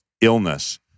illness